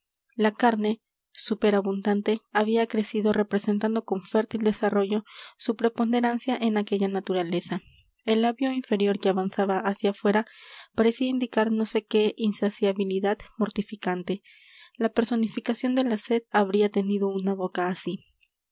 la carne superabundante había crecido representando con fértil desarrollo su preponderancia en aquella naturaleza el labio inferior que avanzaba hacia fuera parecía indicar no sé qué insaciabilidad mortificante la personificación de la sed habría tenido una boca así